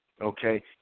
okay